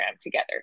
together